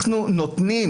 אנחנו נותנים